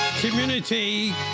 Community